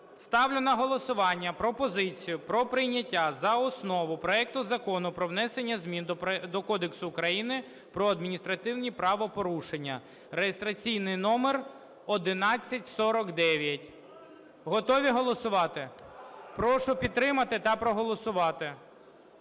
ставлю на голосування пропозицію про прийняття за основу проекту Закону про внесення змін до Кодексу України про адміністративні правопорушення (реєстраційний номер 1149). Готові голосувати? Прошу підтримати та проголосувати.